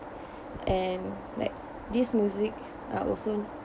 and like this music are also